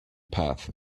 path